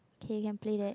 K can play that